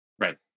Right